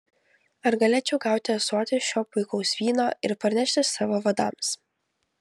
ar galėčiau gauti ąsotį šio puikaus vyno ir parnešti savo vadams